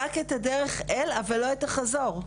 רק את הדרך אל אבל לא את החזור.